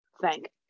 thank